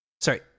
sorry